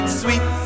sweet